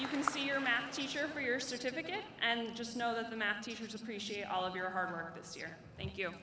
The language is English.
can see your math teacher for your certificate and just know that the math teachers appreciate all of your hard for this year thank you